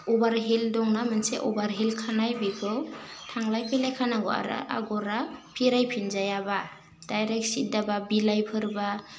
अबार हिल दंना मोनसे अबार हिल खानाय बेखौ थांलाय फैलाय खानांगौ आरो आगरा फिरायफिनजायाबा डाइरेक्ट सिद्दाबा बिलाइफोरबा